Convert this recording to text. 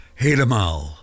helemaal